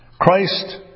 Christ